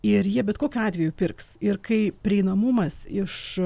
ir jie bet kokiu atveju pirks ir kai prieinamumas iš